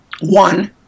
One